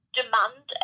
demand